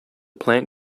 plant